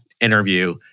interview